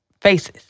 faces